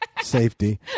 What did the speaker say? safety